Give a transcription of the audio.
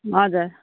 हजुर